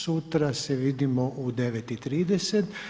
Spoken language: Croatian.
Sutra se vidimo u 9,30.